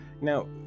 now